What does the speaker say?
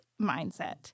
mindset